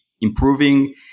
improving